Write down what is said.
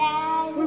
Dad